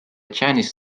janis